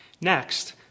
Next